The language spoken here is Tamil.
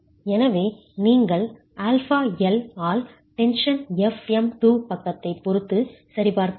எனவே நீங்கள் αL ஆல் டென்ஷன் fm2 பக்கத்தைப் பொறுத்து சரிபார்க்கிறீர்கள்